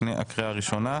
לפני הקריאה הראשונה.